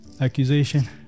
accusation